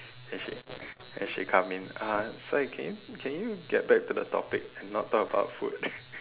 then she then she'll come in uh sir can you can you get back to the topic and not talk about food